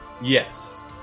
Yes